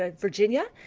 ah virginia.